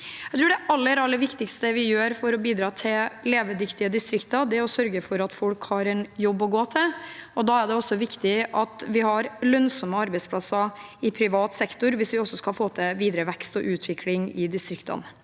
aller viktigste vi gjør for å bidra til levedyktige distrikter, er å sørge for at folk har en jobb å gå til. Det er også viktig at vi har lønnsomme arbeidsplasser i privat sektor hvis vi skal få til videre vekst og utvikling i distriktene.